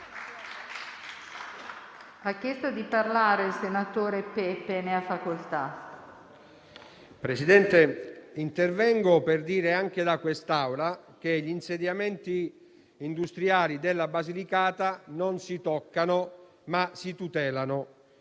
Presidente, intervengo per dire anche a quest'Aula che gli insediamenti industriali della Basilicata non si toccano, ma si tutelano.